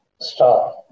star